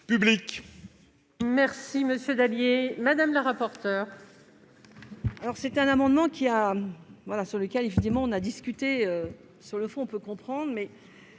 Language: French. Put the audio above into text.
publics.